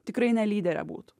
tikrai ne lydere būt